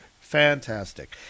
Fantastic